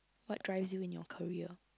what drives you in your career